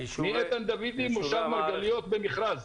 מאיתן דוידי ממושב ערגליות במכרז.